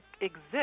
exist